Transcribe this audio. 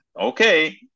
Okay